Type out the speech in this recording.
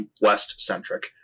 West-centric